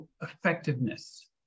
effectiveness